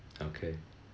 okay